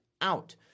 out